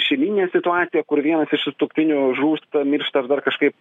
šeimyninė situacija kur vienas iš sutuoktinių žūsta miršta ar dar kažkaip